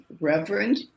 reverend